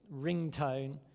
ringtone